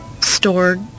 stored